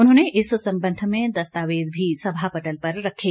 उन्होंने इस संबंध में दस्तावेज भी सभापटल पर रखे